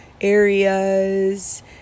areas